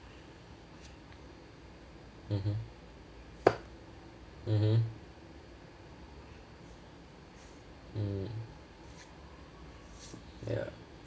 mmhmm mmhmm mm ya